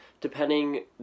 depending